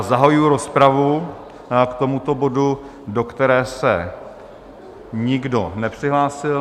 Zahajuji rozpravu k tomuto bodu, do které se nikdo nepřihlásil.